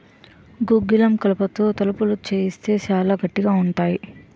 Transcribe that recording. గుగ్గిలం కలపతో తలుపులు సేయిత్తే సాలా గట్టిగా ఉంతాయి